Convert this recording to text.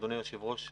אדוני היושב-ראש,